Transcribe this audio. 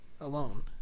alone